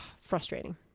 Frustrating